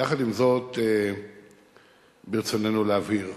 יחד עם זאת ברצוננו להבהיר: